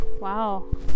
Wow